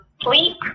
sleep